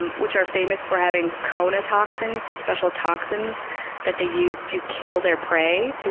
um which are famous for having conotoxins, these special toxins that they use to kill their prey,